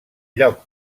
lloc